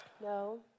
No